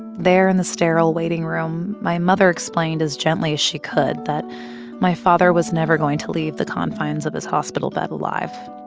there in the sterile waiting room, my mother explained as gently as she could that my father was never going to leave the confines of his hospital bed alive.